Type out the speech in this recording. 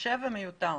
קשה ומיותר.